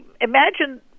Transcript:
imagine